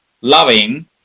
loving